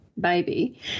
baby